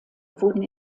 wurden